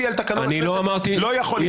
על תקנון הכנסת לא יכול להתייחס אליו,